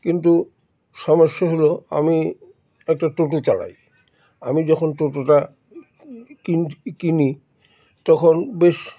কিন্তু সমস্যা হলো আমি একটা টোটো চালাই আমি যখন টোটোটা কিন কিনি তখন বেশ